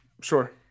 sure